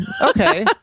Okay